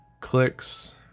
clicks